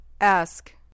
Ask